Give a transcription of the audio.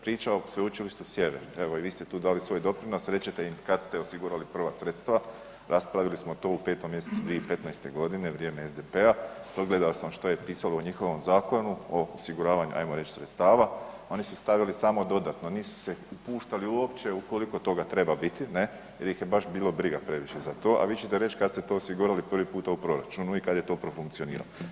Priča o Sveučilištu Sjever, evo i vi ste tu dali svoj doprinos, reći ćete im kada ste osigurali prva sredstva, raspravili smo to u 5. mjesecu 2015. godine u vrijeme SDP-a pogledao sam što je pisalo u njihovom zakonu o osiguravanju ajmo reć sredstava, oni su stavili samo dodatno nisu se upuštali uopće koliko toga treba biti ne jer ih je baš bilo briga previše za to, a vi ćete reći kada ste to osigurali prvi puta u proračunu i kada je to profunkcioniralo.